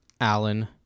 Allen